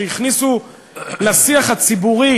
שהכניסו לשיח הציבורי